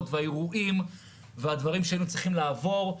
והאירועים והדברים שהיינו צריכים לעבור.